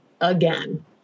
again